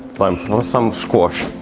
time for some squash!